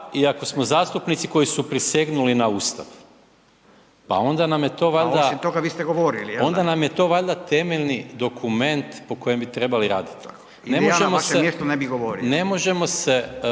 ako smo zastupnici koji su prisegnuli na Ustav, pa onda nam je to valjda .../Upadica: Pa osim toga vi ste govorili./... onda nam je to valjda temeljni dokument po kojem bi trebali raditi. .../Upadica: Ja na vašem mjestu ne bi govorio./... ne možemo se,